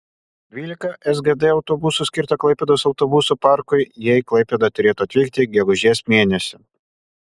dvylika sgd autobusų skirta klaipėdos autobusų parkui jie į klaipėdą turėtų atvykti gegužės mėnesį